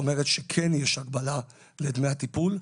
זאת אומרת שכן יש הגבלה לדמי הטיפול,